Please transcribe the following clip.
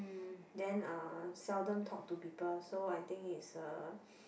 then uh seldom talk to people so I think it's a